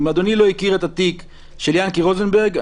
אדוני לא הכיר את התיק של ינקי רוזנברג.